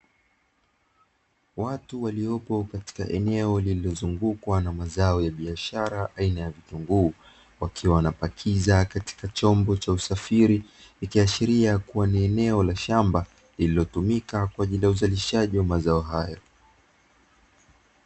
Watu waliopo katika eneo lililozungukwa na mazao ya kibiashara aina ya vitunguu wakiwa wanapakiza katika chombo cha usafiri ikiashiria ni eneo la shamba lililotumika kwa ajili ya uzalishaji wa mazao hayo.